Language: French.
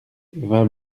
vingt